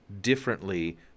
differently